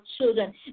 children